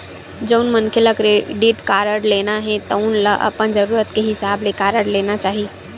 जउन मनखे ल क्रेडिट कारड लेना हे तउन ल अपन जरूरत के हिसाब ले कारड लेना चाही